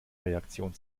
reaktionen